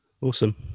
Awesome